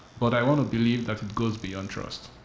but i want to believe that it goes beyond trust.